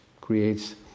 creates